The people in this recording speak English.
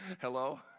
Hello